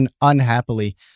unhappily